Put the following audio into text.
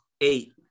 Eight